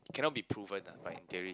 cannot be proven lah right in theory